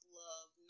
love